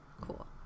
Cool